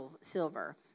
silver